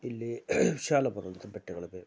ಇಲ್ಲಿ ವಿಶಾಲ ಪರ್ವತ ಬೆಟ್ಟಗಳಿವೆ